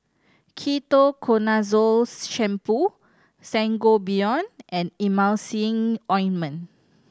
Ketoconazole Shampoo Sangobion and Emulsying Ointment